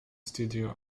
studio